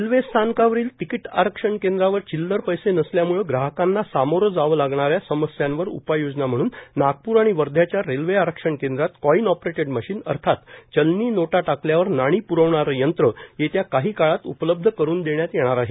railway स्थानकावरील ticket आरक्षण केंद्रांवर चिल्लर पैसे नसल्यामुळे ग्राहकांना सोमोरं जावं लागणाऱ्या समस्यांवर उपाययोजना म्हणून नागपूर आणि वध्याच्या रेल्वे आरक्षण केंद्रात कॉइन ऑपरेटेड मशीन अर्थात चलनी नोटा टाकल्यावर नाणे प्रविणारी यंत्र येत्या काही काळात उपलब्ध करून देण्यात येणार आहे